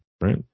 right